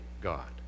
God